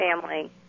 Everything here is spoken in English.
family